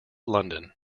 london